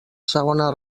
segona